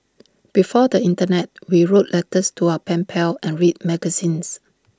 before the Internet we wrote letters to our pen pals and read magazines